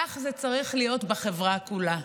כך זה צריך להיות בחברה כולה.